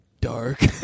dark